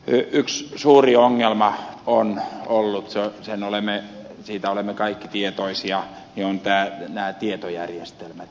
yksi suuri ongelma on ollut siitä olemme kaikki tietoisia tietojärjestelmät